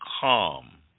calm